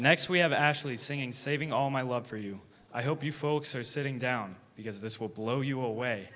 next we have ashley singing saving all my love for you i hope you folks are sitting down because this will blow you away